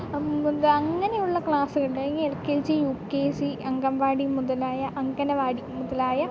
മൂന്ന് അങ്ങനെയുള്ള ക്ലാസ്സുകളുണ്ട് L K G U K G anganwadi മുതലായ അങ്കനവാടി മുതലായ